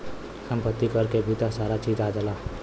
सम्पति कर के भीतर सारा चीज आ जाला